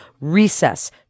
recess